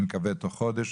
אני מקווה שתוך חודש